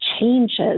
changes